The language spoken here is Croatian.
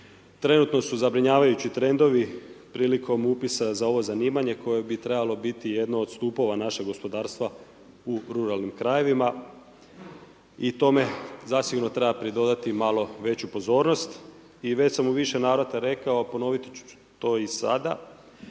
Trenutno su zabrinjavajući trendovi prilikom upisa za ovo zanimanje koje bi trebalo biti jedno od stupova našeg gospodarstva u ruralnim krajevima i tome zasigurno treba pridodati malo veću pozornost. I već sam u više navrata rekao, ponovit ću to i sada,